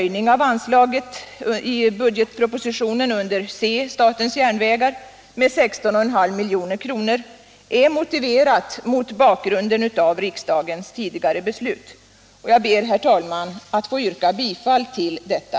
Jag ber, herr talman, att få yrka bifall till detta.